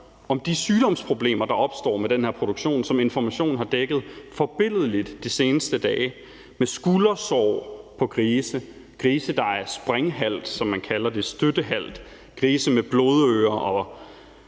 om de sygdomsproblemer, der opstår med den her produktion, og som Information har dækket forbilledligt de seneste dage: skuldersår på grise, grise, der er springhalt, som man kalder det, og er støttehalt, og grise med blodører,